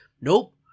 Nope